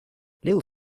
little